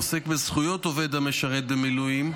שעוסק בזכויות עובד המשרת במילואים,